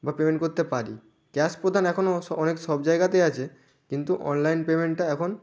বা পেমেন্ট করতে পারি ক্যাশ প্রদান এখনো স অনেক সব জায়গাতে আছে কিন্তু অনলাইন পেমেন্টটা এখন